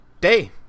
Day